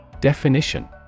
Definition